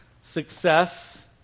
success